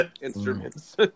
instruments